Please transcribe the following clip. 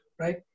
Right